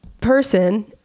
person